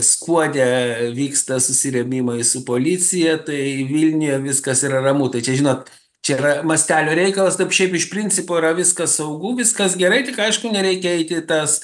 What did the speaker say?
skuode vyksta susirėmimai su policija tai vilniuje viskas yra ramu tai čia žinot čia yra mastelio reikalas taip šiaip iš principo yra viskas saugu viskas gerai tik aišku nereikia eiti į tas